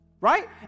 Right